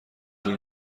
طول